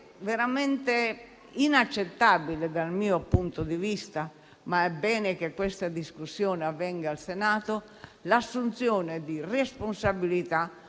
È veramente inaccettabile dal mio punto di vista - ma è bene che questa discussione avvenga al Senato - che ci si assuma la responsabilità